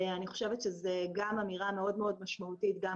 אני חושבת שזו אמירה מאוד משמעותית גם